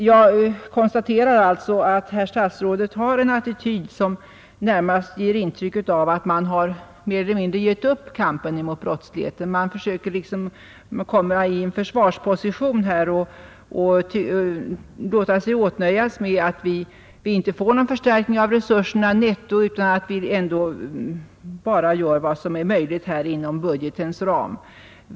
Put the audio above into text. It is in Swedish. Jag konstaterar alltså att herr statsrådet intar en attityd som närmast ger intryck av att man mer eller mindre har givit upp kampen mot brottsligheten. Man intar en försvarsposition och låter sig åtnöjas med att vi inte får någon förstärkning av resurserna netto, utan att man bara gör vad som är möjligt inom budgetens ram.